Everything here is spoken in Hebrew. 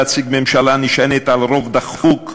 להציג ממשלה הנשענת על רוב דחוק,